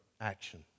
action